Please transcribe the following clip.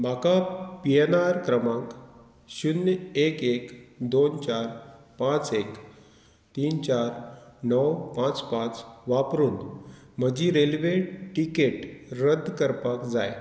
म्हाका P N R क्रमांक शुन्य एक एक दोन चार पांच एक तीन चार णव पांच पांच वापरून म्हजी रेल्वे टिकेट रद्द करपाक जाय